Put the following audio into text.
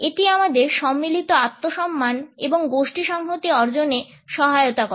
এটি আমাদের সম্মিলিত আত্মসম্মান এবং গোষ্ঠী সংহতি অর্জনে সহায়তা করে